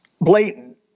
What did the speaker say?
Blatant